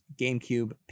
GameCube